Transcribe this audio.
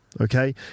okay